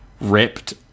ripped